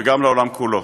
וגם לעולם כולו.